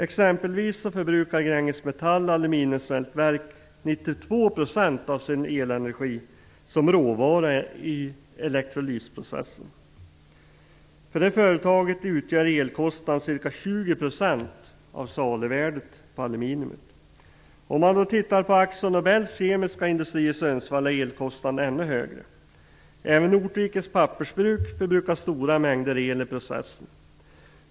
Exempelvis förbrukar Gränges Metalls aluminiumsmältverk 92 % av sin elenergi som råvara i elektrolysprocessen. För det företaget utgör elkostnaderna ca 20 % av saluvärdet på aluminium. Tittar man på Akzo Nobels kemiska industri i Sundsvall finner man att elkostnaderna är ännu högre. Även Ortvikens pappersbruk förbrukar stora mängder el i processen.